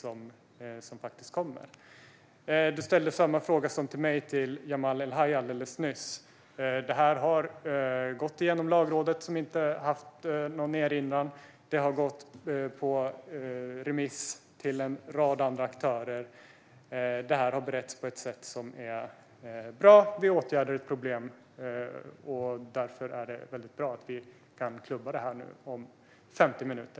Jörgen Warborn ställde samma fråga till mig som han ställde till Jamal El-Haj alldeles nyss. Frågan har gått igenom Lagrådet, som inte har haft någon erinran. Frågan har gått på remiss till en rad andra aktörer. Den har beretts på ett bra sätt. Vi åtgärdar ett problem, och därför är det bra att vi kan klubba frågan om ungefär 50 minuter.